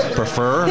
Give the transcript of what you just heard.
prefer